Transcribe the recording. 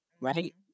right